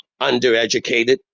Undereducated